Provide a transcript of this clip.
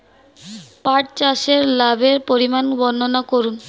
পাঠ চাষের লাভের পরিমান বর্ননা করুন?